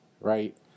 right